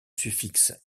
suffixe